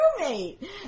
roommate